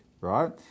right